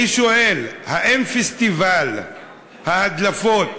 אני שואל, האם פסטיבל ההדלפות